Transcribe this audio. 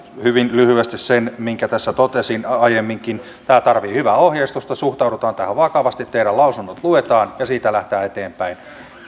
hyvin lyhyesti sen minkä tässä totesin aiemminkin tämä tarvitsee hyvää ohjeistusta suhtaudutaan tähän vakavasti teidän lausuntonne luetaan ja siitä lähdetään eteenpäin